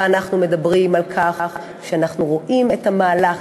אנחנו מדברים על כך שאנחנו רואים את המהלך,